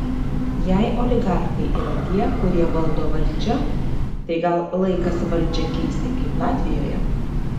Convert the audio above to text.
jei oligarchai yra tie kurie valdo valdžią tai gal laikas valdžią keisti kaip latvijoje